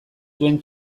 zuen